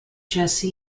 jesse